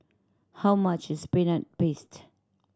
how much is Peanut Paste